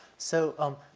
so, um,